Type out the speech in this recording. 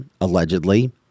allegedly